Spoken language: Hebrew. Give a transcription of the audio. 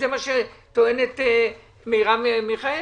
זה מה שטוענת מרב מיכאלי.